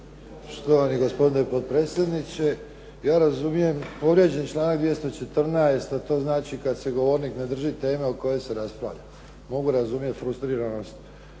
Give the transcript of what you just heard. Štovani gospodine potpredsjedniče, ja razumijem, povrijeđen članak 214., a to znači kad se govornik ne drži teme o kojoj se raspravlja. Mogu razumjeti frustriranost